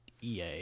ea